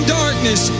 darkness